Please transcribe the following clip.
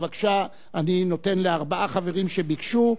בבקשה, אני נותן לארבעה חברים שביקשו.